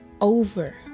over